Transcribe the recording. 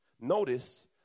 Notice